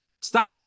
stop